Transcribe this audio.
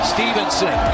Stevenson